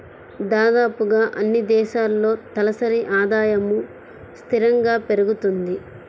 దాదాపుగా అన్నీ దేశాల్లో తలసరి ఆదాయము స్థిరంగా పెరుగుతుంది